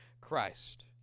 Christ